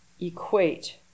equate